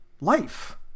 life